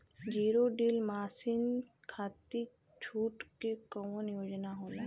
Zero till machine खाती छूट के कवन योजना होला?